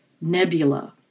Nebula